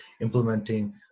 implementing